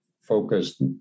focused